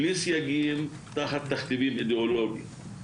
בלי סייגים תחת תכתיבים אידיאולוגיים.